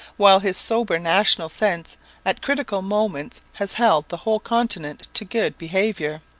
while his sober national sense at critical moments has held the whole continent to good behaviour.